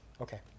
okay